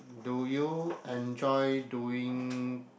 do you enjoy doing